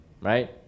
Right